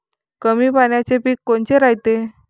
कमी पाण्याचे पीक कोनचे रायते?